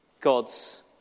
God's